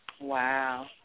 Wow